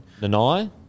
Nanai